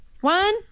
One